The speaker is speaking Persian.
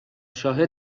شاهد